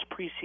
preseason